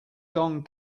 gone